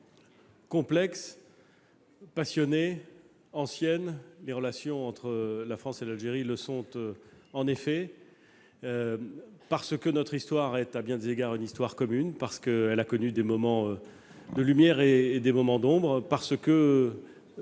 que l'on peut qualifier les relations entre la France et l'Algérie, parce que notre histoire est, à bien des égards, une histoire commune, parce qu'elle a connu des moments de lumière et des moments d'ombre, parce que